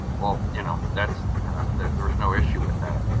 well, you know, that's there's no issue with that.